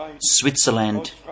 Switzerland